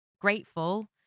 grateful